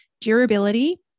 Durability